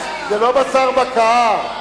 זה לא בשר בקר.